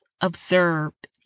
observed